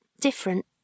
different